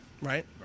Right